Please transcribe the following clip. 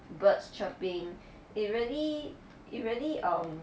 birds chirping it really it really um